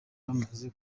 bamaze